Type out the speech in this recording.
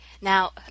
Now